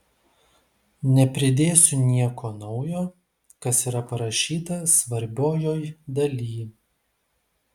nepridėsiu nieko naujo kas yra parašyta svarbiojoj daly